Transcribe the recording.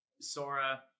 sora